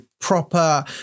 proper